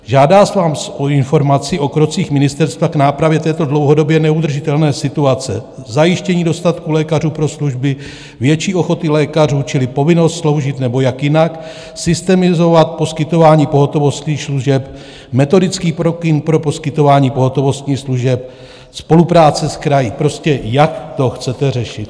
Žádám vás o informaci o krocích ministerstva k nápravě této dlouhodobě neudržitelné situace, zajištění dostatku lékařů pro služby, větší ochoty lékařů čili povinnost sloužit, nebo jak jinak systemizovat poskytování pohotovostních služeb, metodický pokyn pro poskytování pohotovostní služeb, spolupráce s kraji prostě jak to chcete řešit.